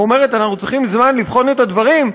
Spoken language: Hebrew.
ואומרת: אנחנו צריכים זמן לבחון את הדברים,